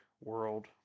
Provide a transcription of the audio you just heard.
world